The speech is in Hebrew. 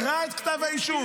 קרא את כתב האישום.